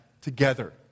together